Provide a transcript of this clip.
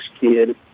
kid